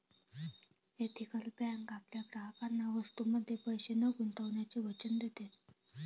ethical bank आपल्या ग्राहकांना वस्तूंमध्ये पैसे न गुंतवण्याचे वचन देते